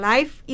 Life